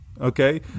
Okay